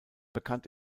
bekannt